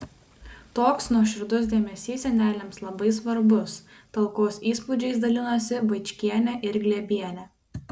toks nuoširdus dėmesys seneliams labai svarbus talkos įspūdžiais dalinosi vaičkienė ir glėbienė